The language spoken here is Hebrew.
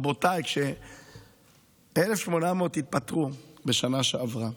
רבותיי, כש-1,800 התפטרו בשנה שעברה,